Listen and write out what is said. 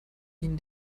ihnen